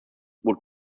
would